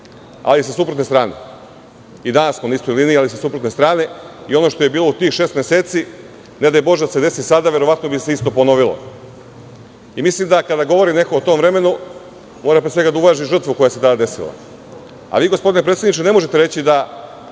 ali sa suprotne strane. I danas smo na istoj liniji, ali sa suprotne strane, i ono što je bilo u tih šest meseci, ne daj Bože da se desi sada, verovatno bi se isto ponovilo. Mislim da, kada govori neko o tom vremenu, mora pre svega da uvaži žrtvu koja se tada desila.A vi, gospodine predsedniče, ne možete reći da